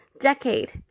decade